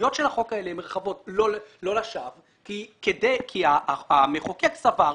הסמכויות של החוק האלה הן רחבות ולא לשווא אלא כי המחוקק סבר כך.